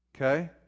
Okay